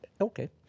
okay